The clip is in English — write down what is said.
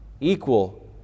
equal